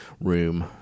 room